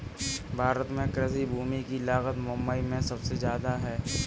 भारत में कृषि भूमि की लागत मुबई में सुबसे जादा है